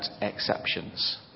exceptions